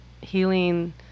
Healing